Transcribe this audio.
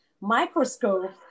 microscope